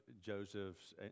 Joseph's